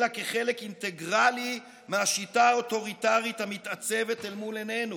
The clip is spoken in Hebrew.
אלא כחלק אינטגרלי מהשיטה האוטוריטרית המתעצבת אל מול עינינו.